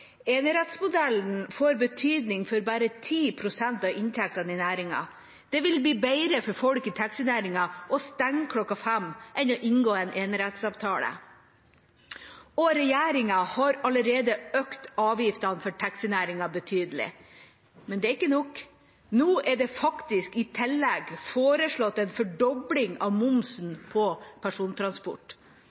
Enerettsmodellen får betydning for bare 10 pst. av inntektene i næringen. Det vil bli bedre for folk i taxinæringen å stenge kl. 17 enn å inngå en enerettsavtale. Regjeringa har allerede økt avgiftene for taxinæringen betydelig, men det er ikke nok – nå er det faktisk i tillegg foreslått en fordobling av momsen på persontransport.